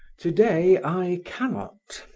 to-day i cannot.